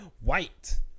White